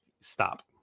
Stop